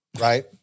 right